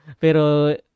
pero